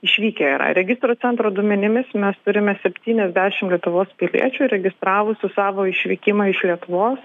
išvykę yra registrų centro duomenimis mes turime septyniasdešim lietuvos piliečių įregistravusių savo išvykimą iš lietuvos